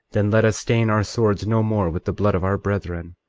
then let us stain our swords no more with the blood of our brethren.